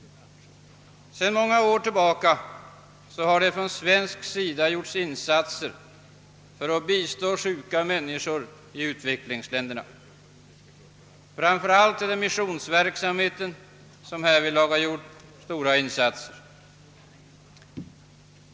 Sedan många år tillbaka har från svensk sida gjorts insatser för att bistå sjuka människor i utvecklingsländerna. Framför allt inom missionsverksamheten har härvidlag gjorts stora insatser.